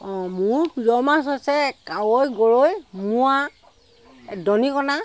অঁ মোৰ প্ৰিয় মাছ হৈছে কাৱৈ গৰৈ মোৱা দৰিকনা